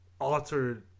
altered